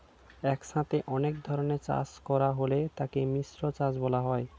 একসাথে অনেক ধরনের চাষ করা হলে তাকে মিশ্র চাষ বলা হয়